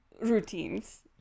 routines